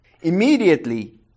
Immediately